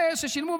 ששילמו.